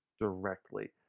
directly